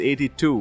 82